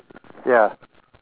ya